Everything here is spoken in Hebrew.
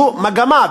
זו מגמה,